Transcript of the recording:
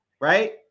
right